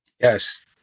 Yes